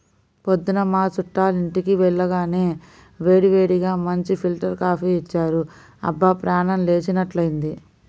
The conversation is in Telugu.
పొద్దున్న మా చుట్టాలింటికి వెళ్లగానే వేడివేడిగా మంచి ఫిల్టర్ కాపీ ఇచ్చారు, అబ్బా ప్రాణం లేచినట్లైంది